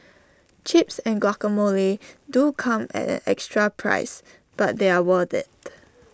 chips and guacamole do come at an extra price but they're worth IT